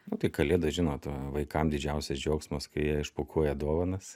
nu tai kalėdos žinot vaikam didžiausias džiaugsmas kai jie išpakuoja dovanas